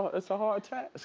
it's a hard task,